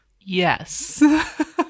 Yes